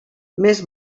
més